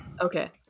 Okay